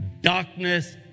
Darkness